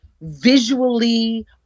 visually